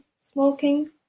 smoking